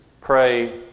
pray